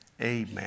Amen